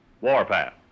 Warpath